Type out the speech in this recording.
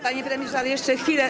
Panie premierze, ale jeszcze chwilę.